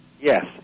Yes